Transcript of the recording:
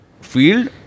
field